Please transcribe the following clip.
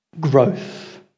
growth